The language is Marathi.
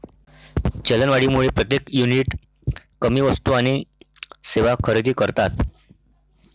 चलनवाढीमुळे प्रत्येक युनिट कमी वस्तू आणि सेवा खरेदी करतात